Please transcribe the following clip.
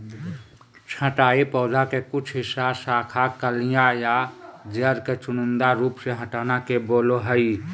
छंटाई पौधा के कुछ हिस्सा, शाखा, कलियां या जड़ के चुनिंदा रूप से हटाना के बोलो हइ